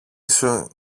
σου